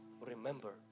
remember